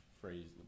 phrase